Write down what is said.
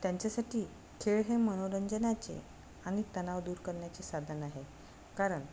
त्यांच्यासाठी खेळ हे मनोरंजनाचे आणि तणाव दूर करण्याचे साधन आहे कारण